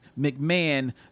McMahon